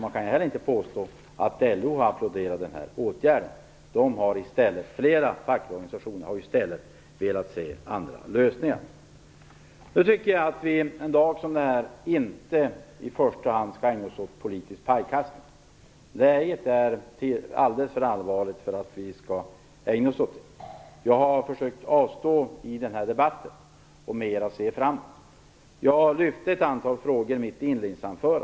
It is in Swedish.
Man kan inte heller påstå att LO har applåderat åtgärden. Flera fackliga organisationer har velat se andra lösningar i stället. Jag tycker att vi en dag som denna inte i första hand skall ägna oss åt politisk pajkastning. Läget är alldeles för allvarligt för att vi skall göra så. Jag har försökt avstå från det i den här debatten och mera sett framåt. I mitt inledningsanförande lyfte jag fram ett antal frågor.